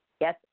Yes